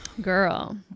Girl